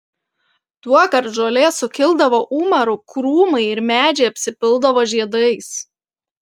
tuokart žolė sukildavo umaru krūmai ir medžiai apsipildavo žiedais